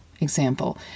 example